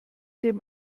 dem